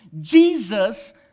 Jesus